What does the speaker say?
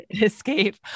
escape